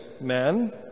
men